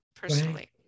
personally